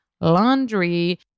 Laundry